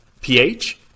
pH